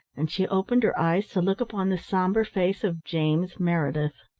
and she opened her eyes to look upon the sombre face of james meredith.